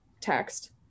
text